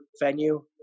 venue